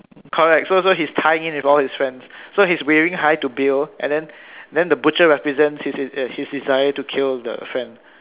correct so so he's tying in with all his friends so he's waving hi to Bill and then then the butcher represents his his uh his desire to kill the friend